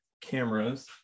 cameras